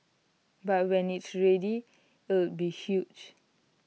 but when it's ready it'll be huge